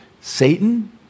Satan